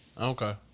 Okay